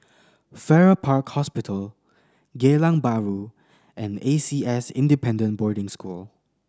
Farrer Park Hospital Geylang Bahru and A C S Independent Boarding School